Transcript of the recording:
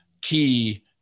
key